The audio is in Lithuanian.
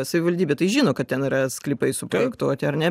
savivaldybė tai žino kad ten yra sklypai suprojektuoti ar ne